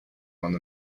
one